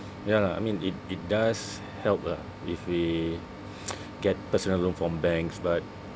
ya lah I mean it it does help lah if we get personal loan from banks but